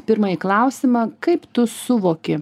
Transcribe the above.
pirmąjį klausimą kaip tu suvoki